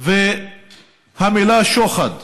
והמילה "שוחד".